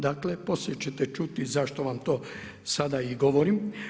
Dakle, poslije ćete čuti zašto vam to i sada govorim.